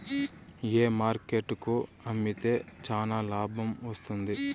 ఏ market కు అమ్మితే చానా లాభం వస్తుంది?